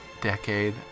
decade